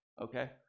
okay